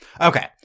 Okay